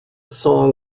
song